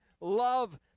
love